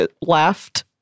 laughed